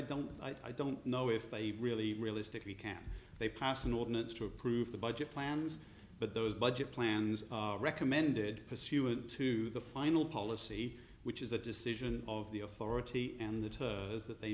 don't i don't know if they really realistically can they pass an ordinance to approve the budget plans but those budget plans recommended pursuant to the final policy which is the decision of the authority and the term that they